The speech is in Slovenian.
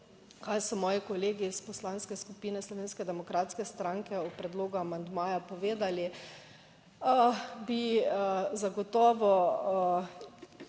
kaj so moji kolegi iz Poslanske skupine Slovenske demokratske stranke o predlogu amandmaja povedali. Bi zagotovo,